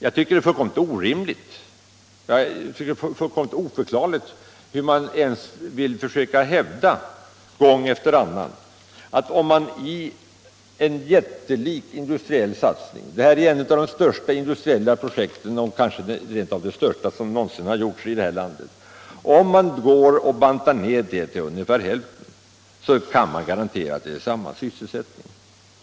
Jag tycker det är fullkomligt orimligt och oförklarligt att man gång efter annan vill försöka hävda att om en jättelik industriell satsning — det här är kanske det största industriella projekt som någonsin förts fram i vårt land — bantas ned till ungefär hälften, så kan man garantera att det blir samma sysselsättning.